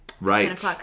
Right